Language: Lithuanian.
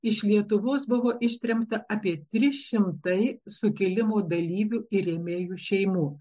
iš lietuvos buvo ištremta apie trys šimtai sukilimo dalyvių ir rėmėjų šeimų